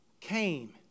came